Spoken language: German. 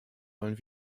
wollen